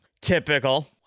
Typical